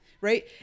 right